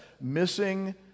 missing